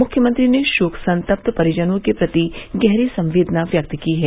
मुख्यमंत्री ने शोक संतप्त परिजनों के प्रति गहरी संवेदना व्यक्त की है